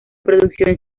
producción